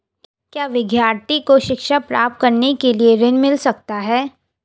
क्या विद्यार्थी को शिक्षा प्राप्त करने के लिए ऋण मिल सकता है?